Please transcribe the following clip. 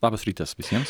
labas rytas visiems